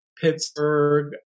Pittsburgh